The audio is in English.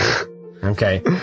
Okay